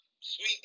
Sweet